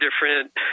different